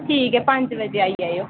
ठीक ऐ पंज बजे आई जाएओ